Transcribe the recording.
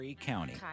County